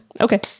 Okay